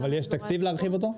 יש תקציב להרחיב אותו?